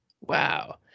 Wow